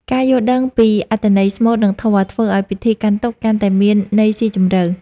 ការយល់ដឹងពីអត្ថន័យស្មូត និងធម៌ ធ្វើឱ្យពិធីកាន់ទុក្ខកាន់តែមានន័យស៊ីជម្រៅ។